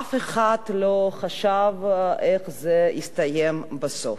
ואף אחד לא חשב איך זה יסתיים בסוף.